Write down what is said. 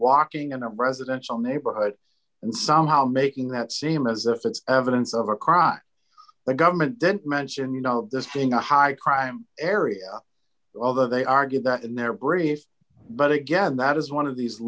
walking in a residential neighborhood and somehow making that seem as if it's evidence of a crime the government didn't mention you know this being a high crime area although they argue that in their brief but again that is one of these